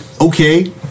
okay